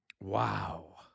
Wow